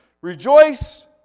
Rejoice